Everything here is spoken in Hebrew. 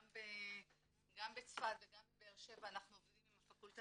גם בצפת וגם בבאר שבע אנחנו עובדים עם הפקולטה